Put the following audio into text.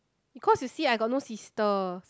because you see I got no sister